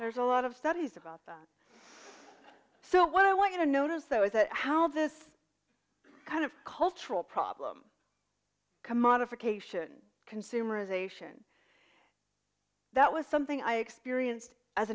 there's a lot of studies about that so what i want you to notice though is that how this kind of cultural problem commodification consumerization that was something i experienced as